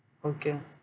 okay